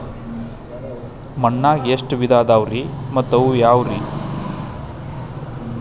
ಮಣ್ಣಾಗ ಎಷ್ಟ ವಿಧ ಇದಾವ್ರಿ ಮತ್ತ ಅವು ಯಾವ್ರೇ?